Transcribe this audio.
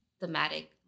thematic